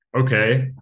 Okay